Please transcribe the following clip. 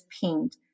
paint